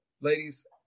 ladies